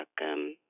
welcome